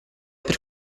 per